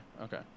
okay